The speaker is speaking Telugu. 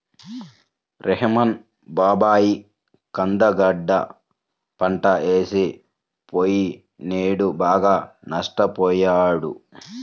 రెహ్మాన్ బాబాయి కంద గడ్డ పంట వేసి పొయ్యినేడు బాగా నష్టపొయ్యాడు